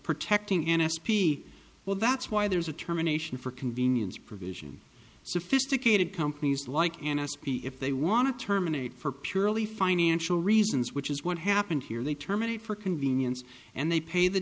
protecting n s p well that's why there's a terminations for convenience provision sophisticated companies like n s p if they want to terminate for purely financial reasons which is what happened here they terminate for convenience and they pay the